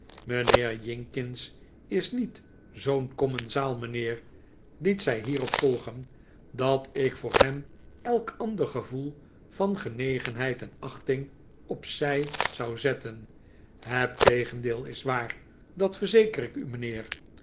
mijnheer jinkins is niet zoo'n commensaal mijnheer liet zij hierop volgen dat ik voor hem elk ander gevoel van genegenheid en achting op zij zou zetten het tegendeel is waar dat verzeker ik u mijnheer